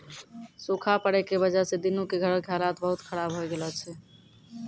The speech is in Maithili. सूखा पड़ै के वजह स दीनू के घरो के हालत बहुत खराब होय गेलो छै